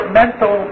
mental